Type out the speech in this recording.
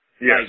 Yes